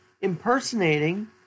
impersonating